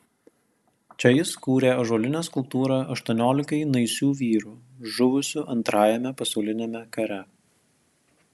čia jis kūrė ąžuolinę skulptūrą aštuoniolikai naisių vyrų žuvusių antrajame pasauliniame kare